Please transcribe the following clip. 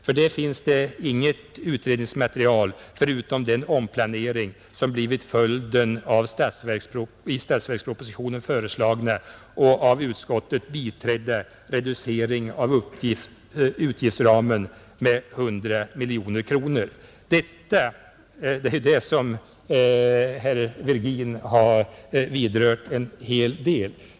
För det finns det inget utredningsmaterial förutom den omplanering som blivit följden av den i statsverkspropositionen föreslagna och av utskottet biträdda reduceringen av utgiftsramen med 100 miljoner kronor. Detta är, vilket herr Virgin har vidrört, en hel del.